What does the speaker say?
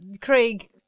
Craig